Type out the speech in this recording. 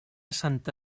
santa